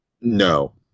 No